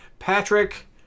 Patrick